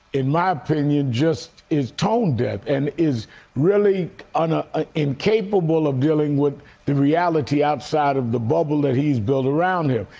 in my opinion, just is tone deaf and is really and ah incapable of dealing with the reality outside of the bubble that he's built around him.